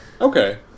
Okay